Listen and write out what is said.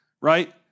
Right